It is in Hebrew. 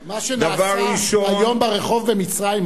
מה שנעשה היום ברחוב במצרים,